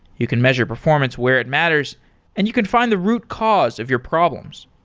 you can measure performance where it matters and you can find the root cause of your problems.